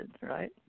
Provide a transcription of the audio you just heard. Right